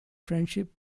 friendship